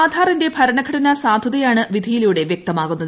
ആധാറിന്റെ ഭരണഘടന സാധുതയാണ് വിധിയിലൂടെ വൃക്തമാകുന്നത്